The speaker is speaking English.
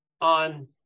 on